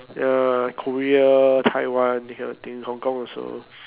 ya Korea Taiwan this kind of things Hong-Kong also